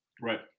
right